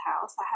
house